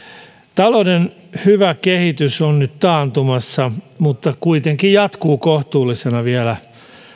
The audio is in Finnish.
talouden hyvä kehitys on nyt taantumassa mutta kuitenkin jatkuu kohtuullisena vielä